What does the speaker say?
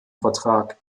vertrag